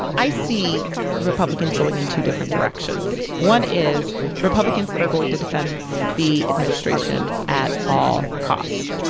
i see republicans going in two different directions. one is republicans that are going to defend the administration at all costs,